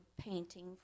painting